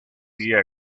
día